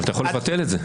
אבל אתה יכול לבטל את זה.